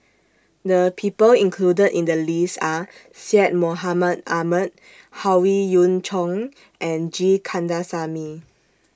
The People included in The list Are Syed Mohamed Ahmed Howe Yoon Chong and G Kandasamy